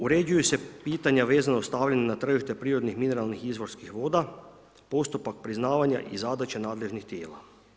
Uređuju se pitanja vezano uz stavljanje na tržište prirodnih mineralnih izvorskih voda, postupak priznavanja i zadaće nadležnih tijela.